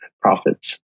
profits